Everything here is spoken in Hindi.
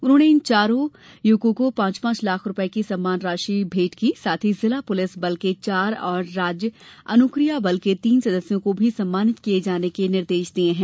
उन्होंने इन चार युवकों पांच पांच लाख की सम्मान राशि मेंट की और साथ ही जिला पुलिस बल के चार और राज्य अनुक्रिया बल के तीन सदस्यों को भी सम्मानित किये जाने के निर्देश दिये हैं